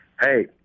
Hey